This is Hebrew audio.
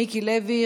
מיקי לוי,